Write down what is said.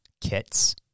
kits